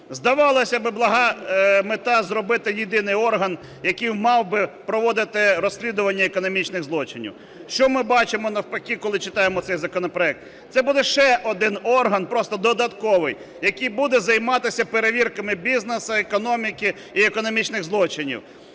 Здавалося би, блага мета – зробити єдиний орган, який мав би проводити розслідування економічних злочинів. Що ми бачимо навпаки, коли читаємо цей законопроект? Це буде ще один орган, просто додатковий, який буде займатися перевірками бізнесу, економіки і економічних злочинів.